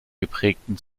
geprägten